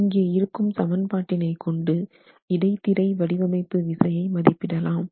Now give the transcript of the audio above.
இங்கே இருக்கும் சமன்பாட்டினை கொண்டு இடைத்திரை வடிவமைப்பு விசையை மதிப்பிடலாம்